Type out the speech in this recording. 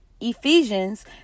ephesians